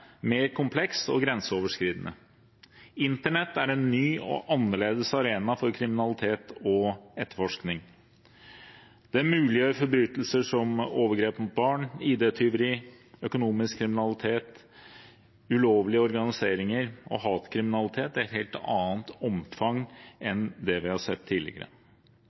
mer kompleks og grenseoverskridende. Internett er en ny og annerledes arena for kriminalitet og etterforskning. Det muliggjør forbrytelser som overgrep mot barn, ID-tyveri, økonomisk kriminalitet, ulovlige organiseringer og hatkriminalitet i et helt annet omfang enn det vi har sett tidligere.